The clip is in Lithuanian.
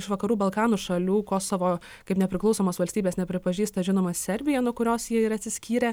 iš vakarų balkanų šalių kosovo kaip nepriklausomos valstybės nepripažįsta žinoma serbija nuo kurios jie ir atsiskyrė